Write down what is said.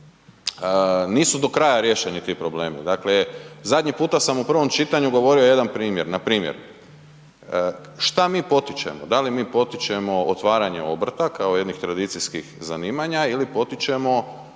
nisu do kraja riješeni ti problemi. Dakle, zadnji puta sam u prvom čitanju govorio jedan primjer npr. šta mi potičemo, da li mi potičemo otvaranje obrta kao jednih tradicijskih zanimanja ili potičemo